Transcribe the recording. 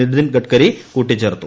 നിതിൻ ഗഡ്കരി കൂട്ടിച്ചേർത്തു